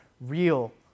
real